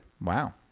Wow